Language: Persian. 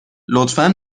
لطفا